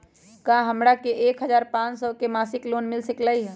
का हमरा के एक हजार पाँच सौ के मासिक लोन मिल सकलई ह?